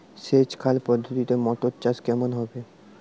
সেচ খাল পদ্ধতিতে মটর চাষ কেমন হবে?